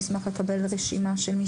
אני אשמח לקבל רשימה של מי שלא נמצאים.